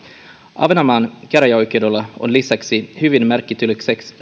ahvenanmaan käräjäoikeudelle on lisäksi hyvin merkityksellistä